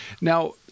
now